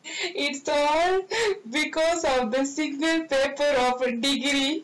it's so because of the single paper of degree